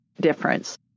difference